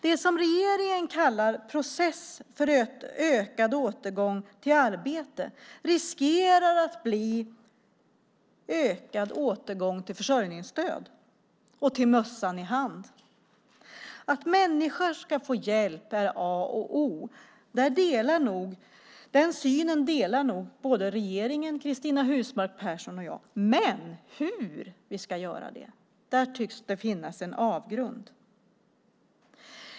Det som regeringen kallar process för ökad återgång i arbete riskerar att bli ökad återgång i försörjningsstöd och till att stå med mössan i hand. Att människor ska få hjälp är A och O. Den synen delar nog regeringen, Cristina Husmark Pehrsson och jag, men det tycks finnas en avgrund mellan oss om hur vi ska göra det.